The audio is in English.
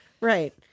Right